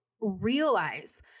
realize